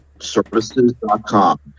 services.com